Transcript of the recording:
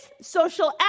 social